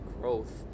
growth